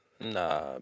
Nah